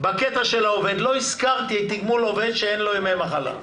בקטע של העובד לא הזכרתי תגמול עובד שאין לו ימי מחלה.